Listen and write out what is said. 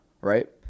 right